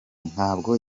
ntabwo